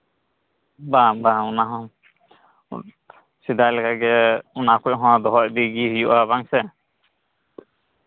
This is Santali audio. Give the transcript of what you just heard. ᱵᱟᱝ ᱵᱟᱝ ᱚᱱᱟᱦᱚᱸ ᱥᱮᱫᱟᱭ ᱞᱮᱠᱟᱜᱮ ᱚᱱᱟ ᱠᱚᱦᱚᱸ ᱫᱚᱦᱚ ᱤᱫᱤᱜᱮ ᱦᱩᱭᱩᱜᱼᱟ ᱵᱟᱝ ᱥᱮ